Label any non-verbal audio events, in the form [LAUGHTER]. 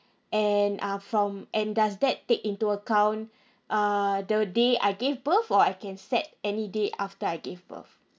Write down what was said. and uh from and does that take into account [BREATH] uh the day I gave birth or I can set any day after I gave birth